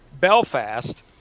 belfast